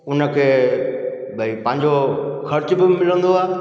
उन खे भई पंहिंजो ख़र्च बि मिलंदो आ्हे